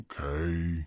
Okay